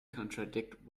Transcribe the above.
contradict